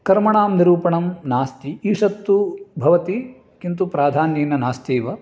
कर्मणां निरूपणं नास्ति ईशत् तु भवति किन्तु प्राधान्येन नास्ति एव